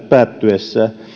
päättyessä